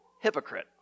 hypocrite